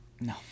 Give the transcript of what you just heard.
No